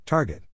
Target